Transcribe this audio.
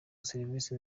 serivisi